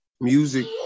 Music